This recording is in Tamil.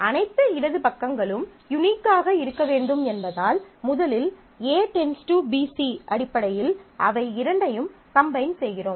அனைத்து இடது பக்கங்களும் யூனிக்காக இருக்க வேண்டும் என்பதால் முதலில் A → BC அடிப்படையில் இவை இரண்டையும் கம்பைன் செய்கிறோம்